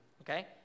okay